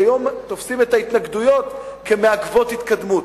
היום תופסים את ההתנגדויות כמעכבות התקדמות.